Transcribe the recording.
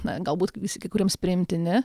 na galbūt visi kuriems priimtini